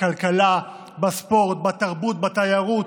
בכלכלה, בספורט, בתרבות, בתיירות,